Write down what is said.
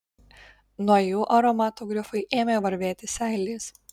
nuo jų aromato grifui ėmė varvėti seilės